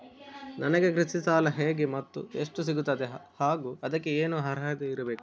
ನನಗೆ ಕೃಷಿ ಸಾಲ ಹೇಗೆ ಮತ್ತು ಎಷ್ಟು ಸಿಗುತ್ತದೆ ಹಾಗೂ ಅದಕ್ಕೆ ಏನು ಅರ್ಹತೆ ಇರಬೇಕು?